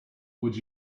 would